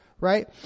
right